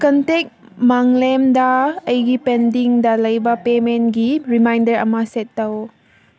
contact ꯃꯪꯂꯦꯝꯗ ꯑꯩꯒꯤ ꯄꯦꯟꯗꯤꯡꯗ ꯂꯩꯕ ꯄꯦꯃꯦꯟꯒꯤ ꯔꯤꯃꯥꯏꯟꯗꯔ ꯑꯃ ꯁꯦꯠ ꯇꯧ